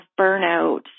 burnout